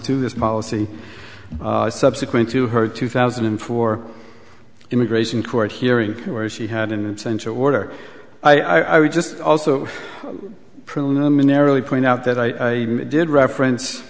to this policy subsequent to her two thousand and four immigration court hearing where she had an censure order i would just also preliminarily point out that i did reference